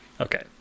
okay